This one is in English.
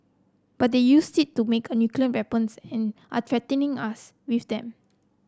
but they used it to make a nuclear weapons and are threatening us with them